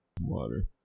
Water